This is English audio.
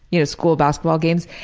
you know school basketball games,